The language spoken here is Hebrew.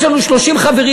יש לנו 30 חברים,